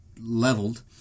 leveled